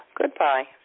Goodbye